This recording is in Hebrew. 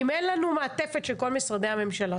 אם אין לנו מעטפת של כל משרדי הממשלה,